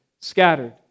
scattered